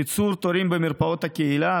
קיצור תורים במרפאות בקהילה,